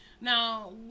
Now